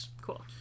cool